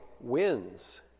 wins